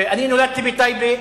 נולדתי בטייבה,